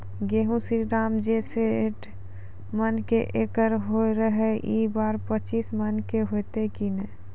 गेहूँ श्रीराम जे सैठ मन के एकरऽ होय रहे ई बार पचीस मन के होते कि नेय?